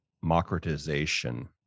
democratization